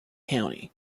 county